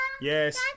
Yes